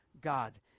God